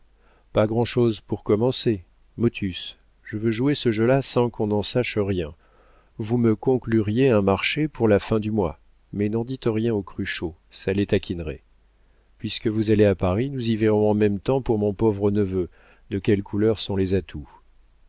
pas grand'chose pour commencer motus je veux jouer ce jeu-là sans qu'on en sache rien vous me concluriez un marché pour la fin du mois mais n'en dites rien aux cruchot ça les taquinerait puisque vous allez à paris nous y verrons en même temps pour mon pauvre neveu de quelle couleur sont les atouts